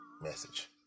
Message